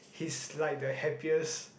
his like the happiest